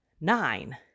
nine